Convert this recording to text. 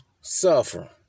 suffer